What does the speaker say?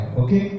okay